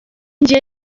njye